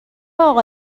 اقا